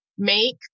make